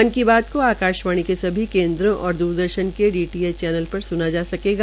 मन की बात को आकाशवाणी के सभी केन्दों और दूरदर्शन् के डीटीएच चैनल पर स्ना जा सकेगा